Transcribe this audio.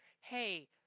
Hey